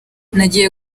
nagiye